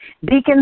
Deacons